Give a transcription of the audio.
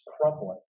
crumbling